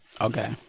Okay